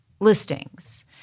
listings